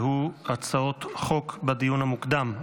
הצעות חוק בדיון המוקדם.